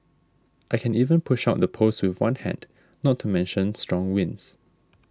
I can even push out the poles with one hand not to mention strong winds